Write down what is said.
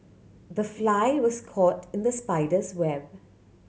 the fly was caught in the spider's web